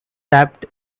wrapped